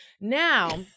Now